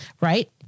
right